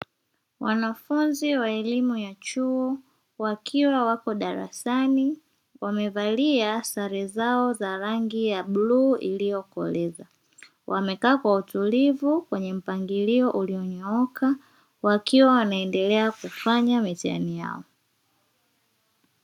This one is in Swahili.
Wanafunzi wa elimu ya chuo wakiwa wako darasani, wamevalia sare zao za rangi ya bluu iliyokoleza. Wamekaa kwa utulivu kwenye mpangilio ulionyooka, wakiwa wanaendelea kufanya mitihani yao.